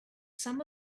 some